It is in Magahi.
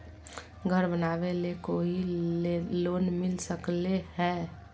घर बनावे ले कोई लोनमिल सकले है?